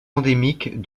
endémiques